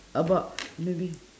about maybe